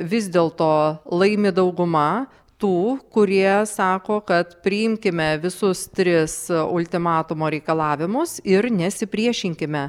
vis dėl to laimi dauguma tų kurie sako kad priimkime visus tris ultimatumo reikalavimus ir nesipriešinkime